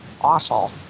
awful